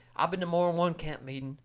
i been to more'n one camp meeting,